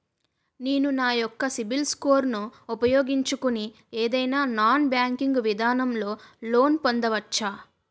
నేను నా యెక్క సిబిల్ స్కోర్ ను ఉపయోగించుకుని ఏదైనా నాన్ బ్యాంకింగ్ విధానం లొ లోన్ పొందవచ్చా?